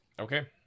Okay